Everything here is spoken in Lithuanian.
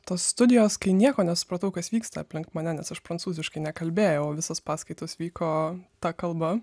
tos studijos kai nieko nesupratau kas vyksta aplink mane nes aš prancūziškai nekalbėjau visos paskaitos vyko ta kalba